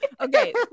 okay